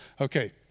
Okay